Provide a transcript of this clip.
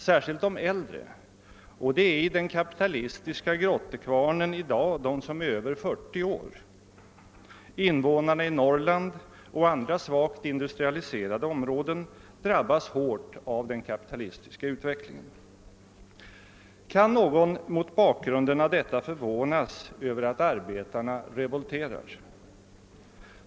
Särskilt de äldre — och det är i den kapitalistiska grottekvarnen i dag de som är över 40 år —, invånarna i Norrland och andra svagt industrialiserade områden drabbas hårt av den kapitalistiska utvecklingen. Kan någon mot bakgrunden härav förvånas över att arbetarna revolterar?